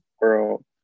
world